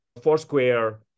Foursquare